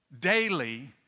Daily